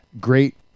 great